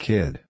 Kid